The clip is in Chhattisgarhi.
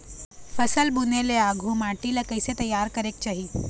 फसल बुने ले आघु माटी ला कइसे तियार करेक चाही?